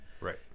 Right